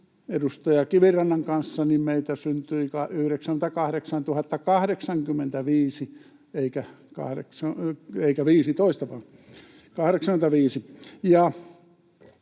edustaja Kivirannan kanssa, meitä syntyi 98 085 — ei 15, vaan 85.